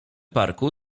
parku